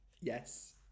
yes